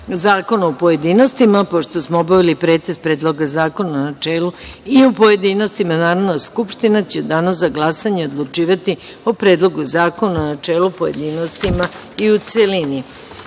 zakona u pojedinostima. Pošto smo obavili pretres Predloga zakona u načelu i u pojedinostima, Narodna skupština će u danu za glasanje odlučivati o Predlogu zakona u načelu, pojedinostima i u